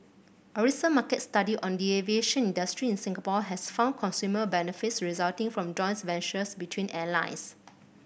a recent market study on the aviation industry in Singapore has found consumer benefits resulting from joint ventures between airlines